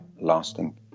lasting